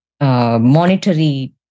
monetary